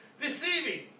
Deceiving